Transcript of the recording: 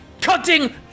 cutting